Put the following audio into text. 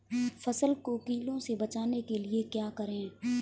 फसल को कीड़ों से बचाने के लिए क्या करें?